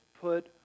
put